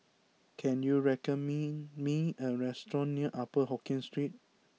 can you recommending me a restaurant near Upper Hokkien Street